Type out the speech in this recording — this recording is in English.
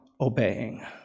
obeying